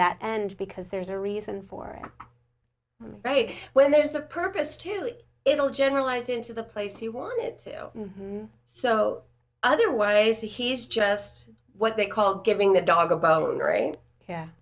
that and because there's a reason for right when there's a purpose to it all generalized into the place he wanted to so otherwise he's just what they call giving the dog about right yeah